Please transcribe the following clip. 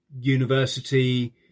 university